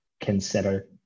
consider